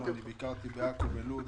אני ביקרתי בעכו ובלוד.